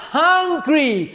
hungry